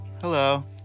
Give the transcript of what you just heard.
Hello